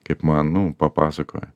kaip man nu papasakojo